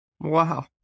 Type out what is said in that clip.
Wow